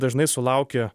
dažnai sulaukiu